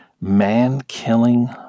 man-killing